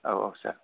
औ औ सार